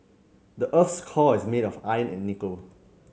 the earth's core is made of iron and nickel